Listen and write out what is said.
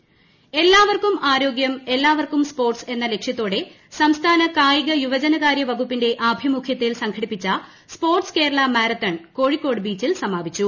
sports Kerala marathon എല്ലാവർക്കും ആരോഗ്യം എല്ലാവർക്കും സ്പോർട്സ് എന്ന ലക്ഷ്യത്തോടെ സംസ്ഥാന കായിക യുവജനകാര്യവകുപ്പിന്റെ ആഭിമുഖ്യത്തിൽ സംഘടിപ്പിച്ച സ്പോർട്സ് കേരള മാരത്തൺ കോഴിക്കോട് ബീച്ചിൽ സമാപിച്ചു